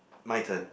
my turn